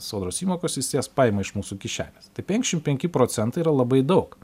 sodros įmokos jis jas paima iš mūsų kišenės tai penkiasdešim penki procentai yra labai daug